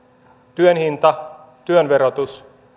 työn hinta työn verotus